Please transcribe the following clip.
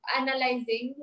analyzing